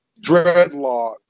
dreadlock